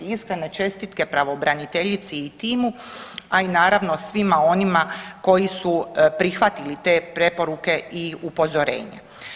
Iskrene čestitke pravobraniteljici i timu, a i naravno svima onima koji su prihvatili te preporuke i upozorenja.